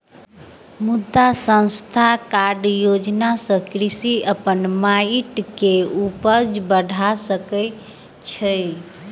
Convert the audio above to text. मृदा स्वास्थ्य कार्ड योजना सॅ कृषक अपन माइट के उपज बढ़ा सकै छै